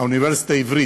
האוניברסיטה העברית.